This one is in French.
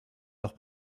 leurs